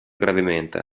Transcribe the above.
gravemente